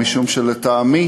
משום שלטעמי